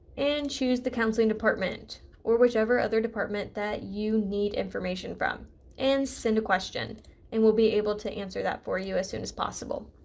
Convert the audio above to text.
and choose the counseling department or which ever other department that you need information from and send a question we and will be able to answer that for you as soon as possible.